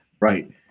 Right